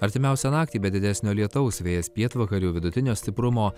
artimiausią naktį be didesnio lietaus vėjas pietvakarių vidutinio stiprumo